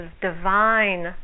divine